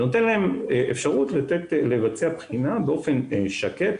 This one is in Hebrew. זה נותן להם אפשרות לבצע בחינה באופן שקט,